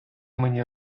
мені